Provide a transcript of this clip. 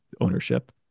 ownership